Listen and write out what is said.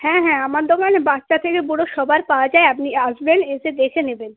হ্যাঁ হ্যাঁ আমার দোকানে বাচ্চা থেকে বুড়ো সবার পাওয়া যায় আপনি আসবেন এসে দেখে নেবেন